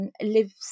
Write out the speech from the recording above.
lives